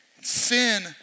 Sin